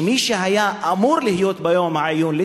שמי שהיה אמור להיות ביום העיון,